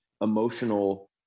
emotional